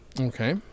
Okay